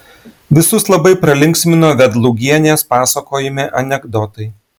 visus labai pralinksmino vedlugienės pasakojami anekdotai